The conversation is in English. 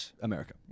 America